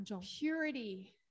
purity